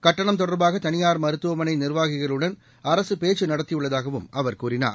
கட்டணம் தொடர்பாக தனியார் மருத்துவமனை நிர்வாகிகளுடன் அரசு பேச்சு நடத்தியுள்ளதாகவும் அவர் கூறினார்